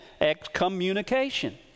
excommunication